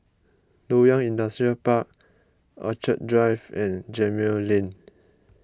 Loyang Industrial Park Orchid Drive and Gemmill Lane